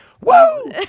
Woo